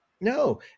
no